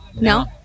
No